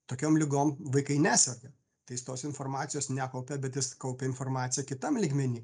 tokiom ligom vaikai neserga tais jis tos informacijos nekaupia bet jis kaupia informaciją kitam lygmeny